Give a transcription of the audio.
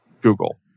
Google